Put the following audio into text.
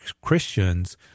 Christians